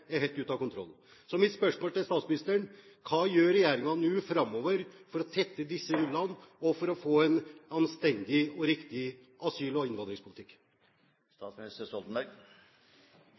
er helt ute av kontroll. Mitt spørsmål til statsministeren er: Hva gjør regjeringen framover for å tette disse hullene og for å få en anstendig og riktig asyl- og